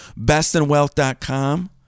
Bestinwealth.com